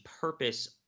purpose